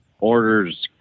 orders